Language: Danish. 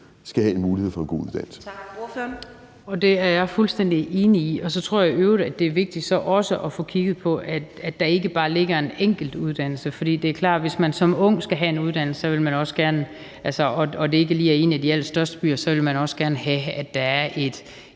skal have mulighed for at få en god uddannelse.